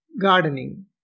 gardening